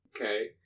Okay